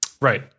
Right